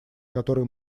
которые